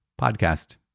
podcast